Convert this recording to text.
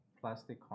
plastic